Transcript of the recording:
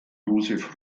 josef